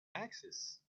access